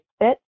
fit